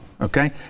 okay